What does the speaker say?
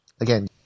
Again